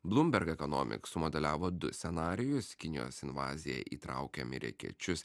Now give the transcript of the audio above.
bloomberg economics sumodeliavo du scenarijus kinijos invazija įtraukia amerikiečius